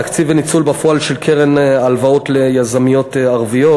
התקציב לניצול בפועל של קרן ההלוואות ליזמיות ערביות,